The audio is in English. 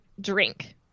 drink